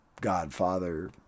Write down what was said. Godfather